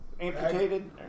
amputated